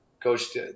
Coach